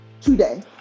today